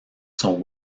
sont